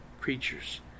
creatures